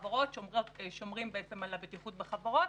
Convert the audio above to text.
ששומרים על הבטיחות בחברות,